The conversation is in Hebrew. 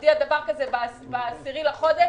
להודיע על דבר כזה ב-10 בספטמבר,